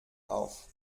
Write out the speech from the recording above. auf